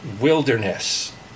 Wilderness